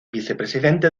vicepresidente